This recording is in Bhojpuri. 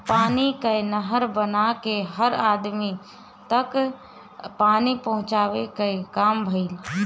पानी कअ नहर बना के हर अदमी तक पानी पहुंचावे कअ काम भइल